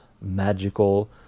magical